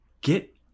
get